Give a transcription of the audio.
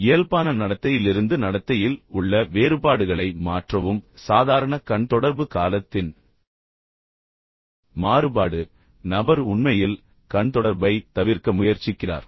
எனவே இயல்பான நடத்தையிலிருந்து நடத்தையில் உள்ள வேறுபாடுகளை மாற்றவும் சாதாரண கண் தொடர்பு காலத்தின் மாறுபாடு நபர் உண்மையில் கண் தொடர்பைத் தவிர்க்க முயற்சிக்கிறார்